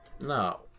No